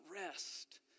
rest